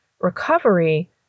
Recovery